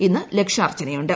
ഇന്ന് ലക്ഷാർച്ചനയുണ്ട്